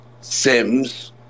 Sims